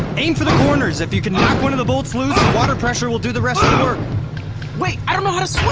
aim for the corners. if you can knock one of the bolts loose, the water pressure will do the rest of the work um ah so